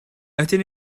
ydyn